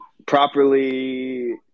Properly